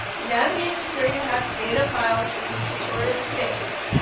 navigate to where you have the data files for this tutorial saved,